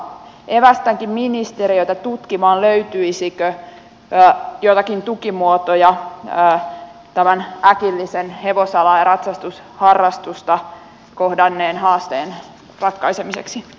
evästänkin ministeriötä tutkimaan löytyisikö joitakin tukimuotoja tämän äkillisen hevosalaa ja ratsastusharrastusta kohdanneen haasteen ratkaisemiseksi